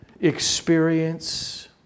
experience